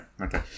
Okay